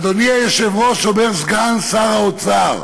אדוני היושב-ראש", אומר סגן שר האוצר,